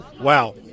Wow